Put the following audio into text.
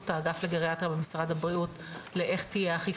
אגף הגריאטריה במשרד הבריאות לאיך תהיה האכיפה.